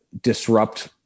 disrupt